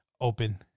open